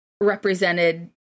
represented –